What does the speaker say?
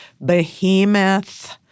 behemoth—